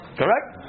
correct